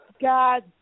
God